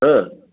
हा